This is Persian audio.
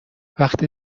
وقتی